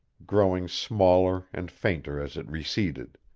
growing smaller and fainter as it receded.